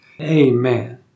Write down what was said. Amen